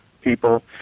people